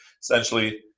Essentially